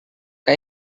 que